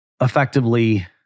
effectively